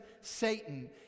Satan